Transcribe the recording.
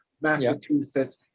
Massachusetts